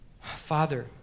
Father